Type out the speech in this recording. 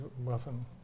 muffin